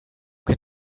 can